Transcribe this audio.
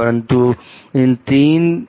परंतु इन तीन यू